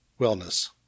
Wellness